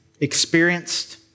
experienced